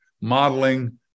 modeling